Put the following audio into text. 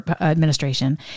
administration